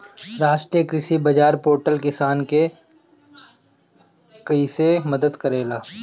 राष्ट्रीय कृषि बाजार पोर्टल किसान के कइसे मदद करेला?